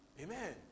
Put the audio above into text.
Amen